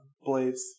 blades